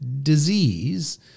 Disease